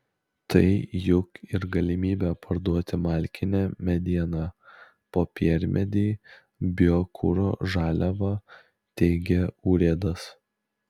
tai juk ir galimybė parduoti malkinę medieną popiermedį biokuro žaliavą teigė urėdas